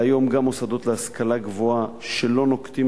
והיום גם מוסדות להשכלה גבוהה שלא נוקטים